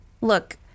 Look